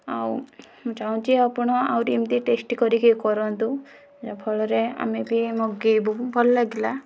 ଆଉ ମୁଁ ଚାହୁଁଛି ଆପଣ ଆହୁରି ଏମିତି ଟେଷ୍ଟି କରିକି କରନ୍ତୁ ଯାହା ଫଳରେ ଆମେ ବି ଆମେ ବି ମଗେଇବୁ ଭଲ ଲାଗିଲା